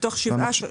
מתוך שבעה.